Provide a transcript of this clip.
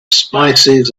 spices